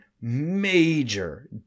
major